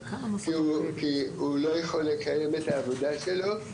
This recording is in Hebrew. כי הוא לא יכול לקיים את העבודה שלו,